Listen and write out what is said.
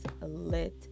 lit